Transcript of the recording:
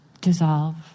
dissolve